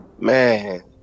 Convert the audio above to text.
Man